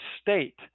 state